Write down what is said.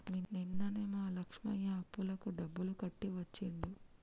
నిన్ననే మా లక్ష్మయ్య అప్పులకు డబ్బులు కట్టి వచ్చిండు